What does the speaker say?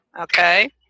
Okay